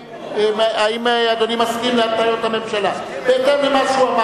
האם אדוני מסכים להתניות הממשלה בהתאם למה שהוא אמר?